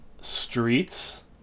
Streets